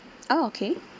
oh okay